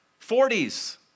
40s